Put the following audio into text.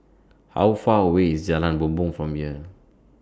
How Far away IS Jalan Bumbong from here